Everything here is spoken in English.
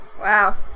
Wow